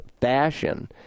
fashion